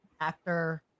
actor